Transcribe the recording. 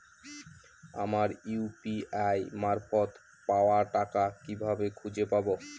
আমার ইউ.পি.আই মারফত পাওয়া টাকা কিভাবে খুঁজে পাব?